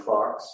Fox